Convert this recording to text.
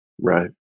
Right